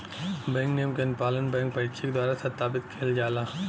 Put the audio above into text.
bank नियम क अनुपालन बैंक परीक्षक द्वारा सत्यापित किहल जाला